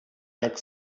jak